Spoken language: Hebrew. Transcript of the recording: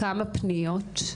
כמה פניות?